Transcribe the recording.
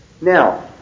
Now